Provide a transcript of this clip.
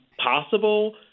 possible